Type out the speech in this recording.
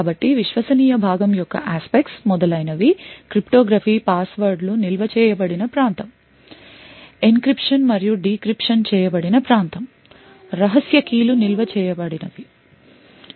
కాబట్టి విశ్వసనీయ భాగం యొక్క aspects మొదలైనవి cryptography పాస్వర్డ్లు నిల్వ చేయబడిన ప్రాంతం encryption మరియు decryption చేయబడిన ప్రాంతం రహస్య keyలు నిల్వ చేయబడినవి